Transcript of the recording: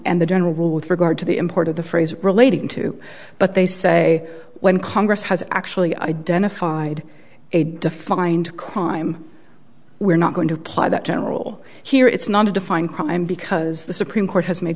the general rule with regard to the import of the phrase relating to but they say when congress has actually identified a defined crime we're not going to apply that general here it's not a defined crime because the supreme court has made